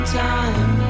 time